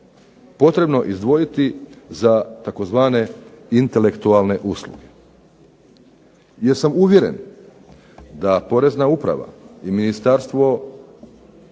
potrebno izdvojiti za tzv. intelektualne usluge. Jer sam uvjeren da Porezna uprava i Ministarstvo